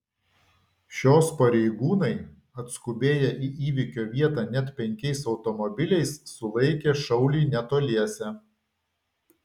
šios pareigūnai atskubėję į įvykio vietą net penkiais automobiliais sulaikė šaulį netoliese